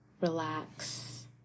relax